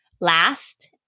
last